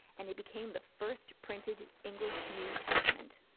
and it became the first printed english new testament.